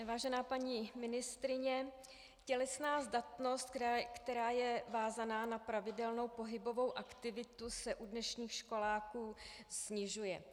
Vážená paní ministryně, tělesná zdatnost, která je vázána na pravidelnou pohybovou aktivitu, se u dnešních školáků snižuje.